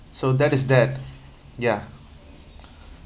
so that is that ya